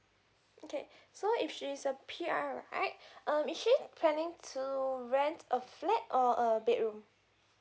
okay so if she's a P_R right um is she planning to rent a flat or a bedroom